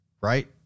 right